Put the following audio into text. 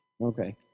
Okay